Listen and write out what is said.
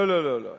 לא, לא, לא.